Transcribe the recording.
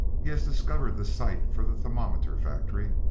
he has discovered the site for the thermometer factory.